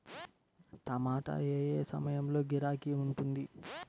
టమాటా ఏ ఏ సమయంలో గిరాకీ ఉంటుంది?